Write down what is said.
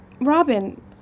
Robin